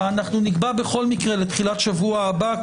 אנחנו נקבע בכל מקרה לתחילת השבוע הבא,